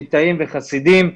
ליטאים וחסידים,